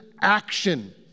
action